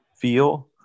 feel